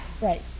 Right